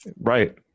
Right